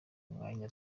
umwanya